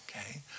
okay